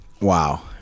Wow